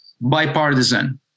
bipartisan